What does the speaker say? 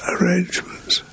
arrangements